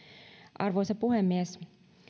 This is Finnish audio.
arvoisa puhemies